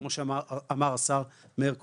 כמו שאמר השר לשעבר מאיר כהן,